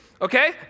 okay